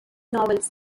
novels